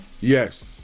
Yes